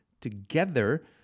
together